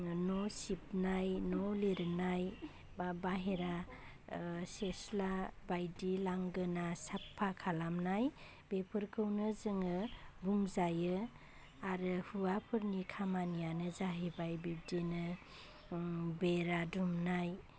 न' सिबनाय न' लिरनाय बा बाहेरा सिसला बायदि लांगोना साफा खालामनाय बेफोरखौनो जोङो बुंजायो आरो हुवाफोरनि खामानियानो जाहैबाय बिब्दिनो बेरा दुमनाय